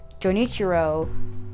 jonichiro